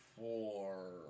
four